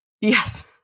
Yes